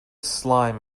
slime